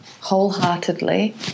wholeheartedly